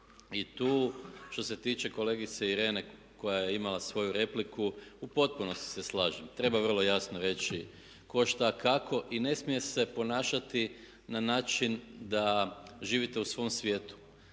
I tu što se tiče kolegice Irene koja je imala svoju repliku u potpunosti se slažem. Treba vrlo jasno reći tko, šta, kako i ne smije se ponašati na način da živite u svom svijetu.